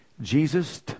Jesus